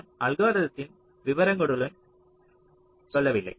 நான் அல்கோரிதத்தின் விவரங்களுடன் செல்லவில்லை